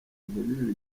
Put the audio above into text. ntibibe